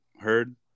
heard